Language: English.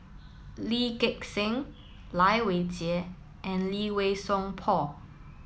Lee Gek Seng Lai Weijie and Lee Wei Song Paul